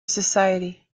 society